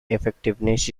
effectiveness